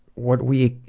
what we